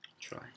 Try